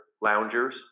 loungers